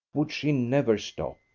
would she never stop!